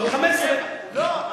בעוד 15. לא,